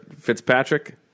fitzpatrick